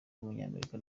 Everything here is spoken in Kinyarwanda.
w’umunyamerika